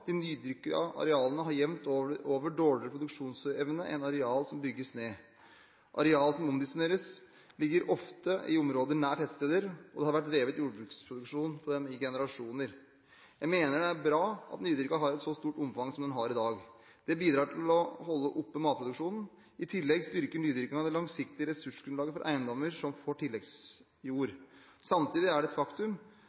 De nydyrkede arealene har jevnt over dårligere produksjonsevne enn arealer som bygges ned. Arealer som omdisponeres, ligger ofte i områder nær tettsteder, og det har vært drevet jordbruksproduksjon på dem i generasjoner. Jeg mener det er bra at nydyrkingen har et så stort omfang som den har i dag. Det bidrar til å holde oppe matproduksjonen. I tillegg styrker nydyrkingen det langsiktige ressursgrunnlaget for eiendommer som får tilleggsjord.